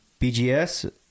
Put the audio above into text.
BGS